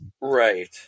Right